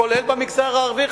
כולל במגזר הערבי,